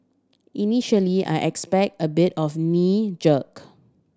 initially I expect a bit of a knee jerk